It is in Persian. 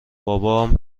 بابام